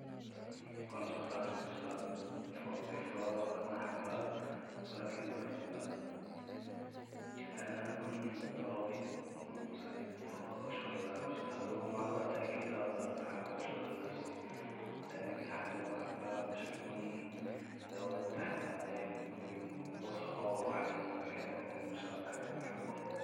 كنت هختار أني أشتغل في وظيفة انا احبها ولكن براتب أقل لأني هكون راضي وسعيد بالشغل اللي انا بشتغله ومع الوقت اكيد هقدر أعمل شغل لنفسي لأن دي الحاجة اللي انا بحبها مش هيكون دوت حمل عليا أن انا كل يوم بصحى وبروح المكان لأني بشتغل الحاجة اللي انا بحبها